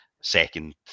second